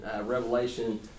Revelation